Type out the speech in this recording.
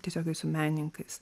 tiesiogiai su menininkais